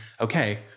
okay